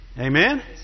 Amen